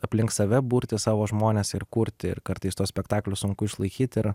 aplink save burti savo žmones ir kurti ir kartais tuos spektaklius sunku išlaikyt ir